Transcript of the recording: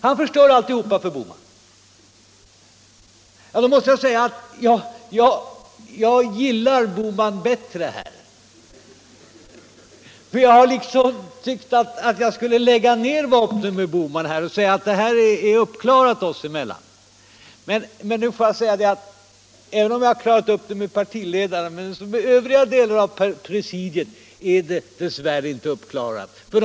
Han förstör alltihopa för Bohman. Jag måste säga att jag gillar Bohman bättre här. Jag tyckte liksom att jag skulle lägga ned vapnen med honom och säga att det här var uppklarat oss emellan. Men även om jag har klarat upp det med partiledaren så är det dess värre inte uppklarat med övriga delar av presidiet.